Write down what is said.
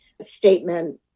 statement